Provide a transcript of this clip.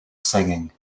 singing